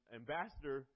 ambassador